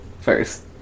first